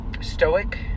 Stoic